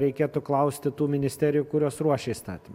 reikėtų klausti tų ministerijų kurios ruošia įstatymą